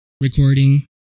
recording